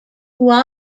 who